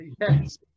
Yes